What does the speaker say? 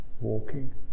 walking